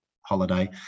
holiday